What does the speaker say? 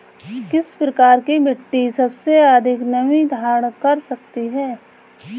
किस प्रकार की मिट्टी सबसे अधिक नमी धारण कर सकती है?